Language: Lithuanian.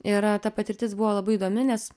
ir ta patirtis buvo labai įdomi nes